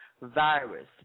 virus